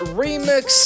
remix